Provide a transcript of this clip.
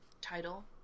Title